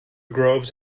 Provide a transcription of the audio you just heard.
groves